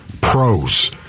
pros